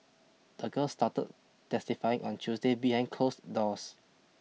the girl started testifying on Tuesday behind closed doors